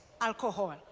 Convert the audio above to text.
alcohol